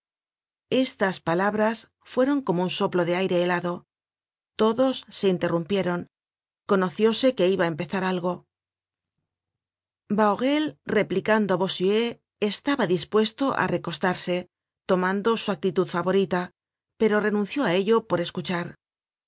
estas palabras fueron como un soplo de aire helado todos se interrumpieron conocióse que iba á empezar algo bahorel replicando á bossuet estaba dispuesto á recostarse tomando su actitud favorita pero renunció á ello por escuchar